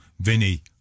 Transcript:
Vinny